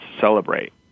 celebrate